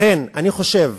לכן, אני חושב